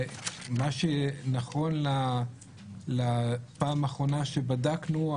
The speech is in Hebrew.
מה שנכון לפעם האחרונה שבדקנו,